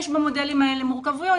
יש במודלים האלה מורכבויות,